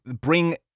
bring